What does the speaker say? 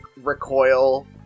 recoil